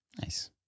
Nice